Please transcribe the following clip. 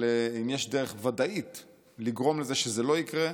אבל אם יש דרך ודאית לגרום לזה שזה לא יקרה,